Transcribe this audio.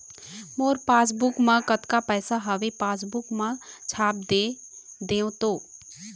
मोर passbook मा कतका पैसा हवे पासबुक मा छाप देव तो?